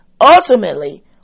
ultimately